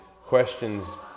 questions